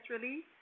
release